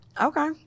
okay